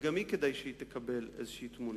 וגם היא, כדאי שהיא תקבל איזו תמונה.